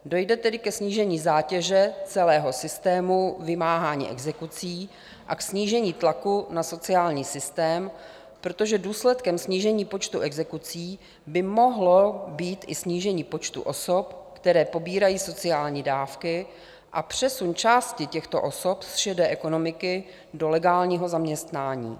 Dojde tedy ke snížení zátěže z celého systému vymáhání exekucí a k snížení tlaku na sociální systém, protože důsledkem snížení počtu exekucí by mohlo být i snížení počtu osob, které pobírají sociální dávky a přesun části těchto osob z šedé ekonomiky do legálního zaměstnání.